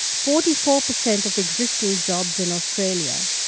forty four per cent of existing jobs in australia,